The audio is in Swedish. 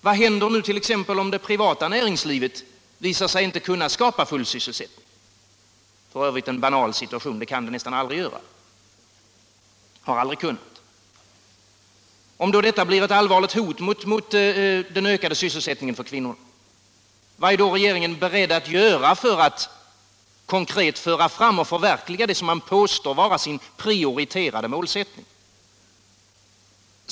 Vad händer t.ex. om det privata näringslivet visar sig inte kunna skapa full sysselsättning? Det är f. ö. en banal situation — det har det aldrig kunnat. Om detta blir ett allvarligt hot mot den ökade sysselsättningen för kvinnor, vad är då regeringen beredd att göra för att konkret föra fram och förverkliga det som man påstår vara sin prioriterade målsättning?